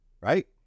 Right